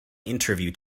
interview